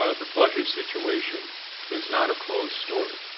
ah the budget situation is not a close story.